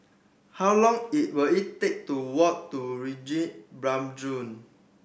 how long it will it take to walk to